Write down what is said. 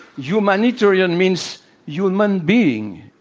humanitarian means human being.